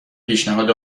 پیشنهاد